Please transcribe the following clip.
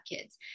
kids